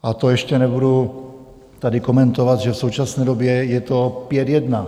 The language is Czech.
A to ještě nebudu tady komentovat, že v současné době je to 5:1.